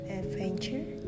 adventure